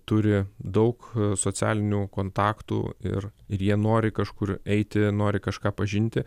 turi daug socialinių kontaktų ir ir jie nori kažkur eiti nori kažką pažinti